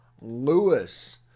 Lewis